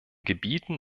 gebieten